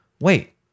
wait